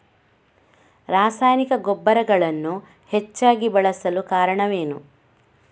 ರಾಸಾಯನಿಕ ಗೊಬ್ಬರಗಳನ್ನು ಹೆಚ್ಚಾಗಿ ಬಳಸಲು ಕಾರಣವೇನು?